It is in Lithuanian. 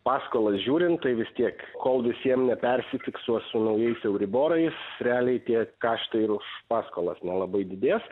paskolas žiūrint tai vis tiek kol visiem nepersifiksuos su naujais euriborais realiai tie kaštai ir už paskolas nelabai didės